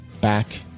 back